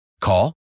Call